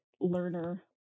learner